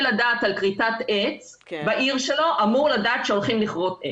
לדעת על כריתת עץ בעיר שלו אמור לדעת שהולכים לכרות עץ.